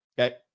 Okay